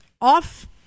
off